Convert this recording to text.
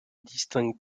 distinguent